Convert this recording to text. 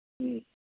ꯎꯝ